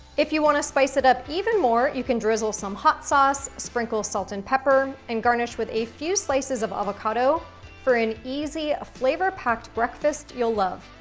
if you wanna spice it up even more, you can drizzle some hot sauce, sprinkle salt and pepper, and garnish with a few slices of avocado for an easy, flavor-packed breakfast you'll love.